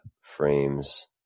frames